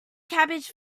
cabbage